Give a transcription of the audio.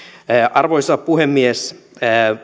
arvoisa puhemies